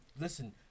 listen